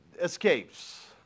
escapes